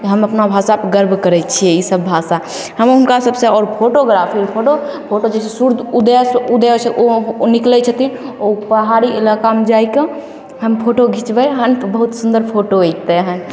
तऽ हम अपना भाषाके गर्व करय छियै ईसब भाषा हम हुनका सबसँ आओर फोटोग्राफी फोटो फोटो जैसे सूर्य उदयसँ उदय होइ छै ओ निकलय छथिन ओ पहाड़ी इलाकामे जाइके हम फोटो घिचबय हन बहुत सुन्दर फोटो एतय हन